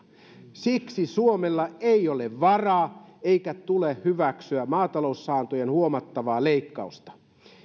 siksi suomella ei ole varaa eikä suomen tule hyväksyä maataloussaantojen huomattavaa leikkausta